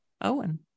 Owen